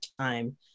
time